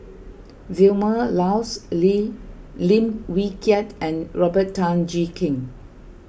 Vilma Laus Lim Lim Wee Kiak and Robert Tan Jee Keng